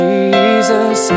Jesus